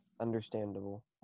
understandable